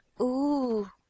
Ooh